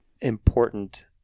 important